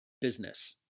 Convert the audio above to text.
business